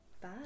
Bye